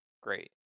Great